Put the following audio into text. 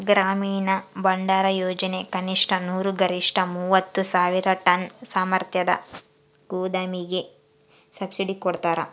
ಗ್ರಾಮೀಣ ಭಂಡಾರಯೋಜನೆ ಕನಿಷ್ಠ ನೂರು ಗರಿಷ್ಠ ಮೂವತ್ತು ಸಾವಿರ ಟನ್ ಸಾಮರ್ಥ್ಯದ ಗೋದಾಮಿಗೆ ಸಬ್ಸಿಡಿ ಕೊಡ್ತಾರ